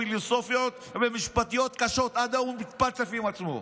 פילוסופיות ומשפטיות קשות" הוא מתפלסף עם עצמו.